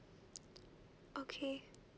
okay